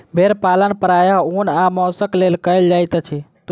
भेड़ पालन प्रायः ऊन आ मौंसक लेल कयल जाइत अछि